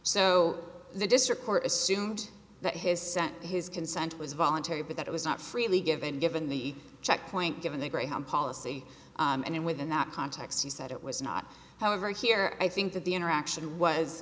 so the district court assumed that his sent his consent was voluntary but that it was not freely given given the checkpoint given the greyhound policy and within that context he said it was not however here i think that the interaction was